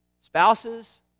spouses